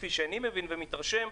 כפי שאני מבין ומתרשם,